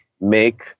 make